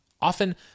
Often